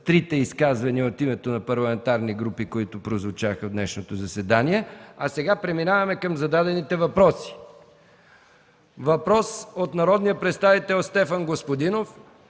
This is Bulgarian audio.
трите изказвания от името на парламентарни групи, които прозвучаха в днешното заседание. Сега преминаваме към зададените въпроси. Въпрос от народния представител Стефан Господинов